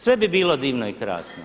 Sve bi bilo divno i krasno.